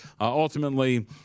Ultimately